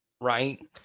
right